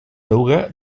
eruga